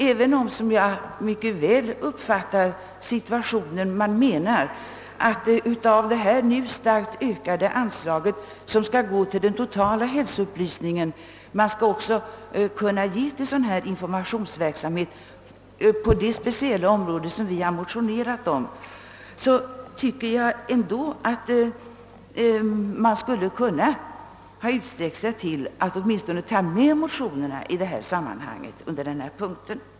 Även om man menar — som jag förstår — att en del av 'det väsentligt ökade anslaget till den totala hälsoupplysningen skall kunna gå till informationsverksamhet på det speciella område som vi har motionerat om, tycker jag ändå att utskottet kunde ha sträckt sig till att åtminstone ta med motionerna under den punkten.